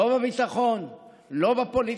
לא בביטחון ולא בפוליטיקה.